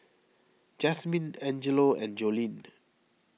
Jazmyne Angelo and Joleen